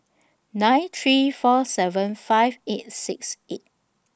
nine three four seven five eight six eight